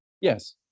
yes